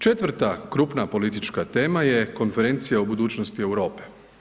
Četvrta krupna politička tema je Konferencija o budućnosti Europe.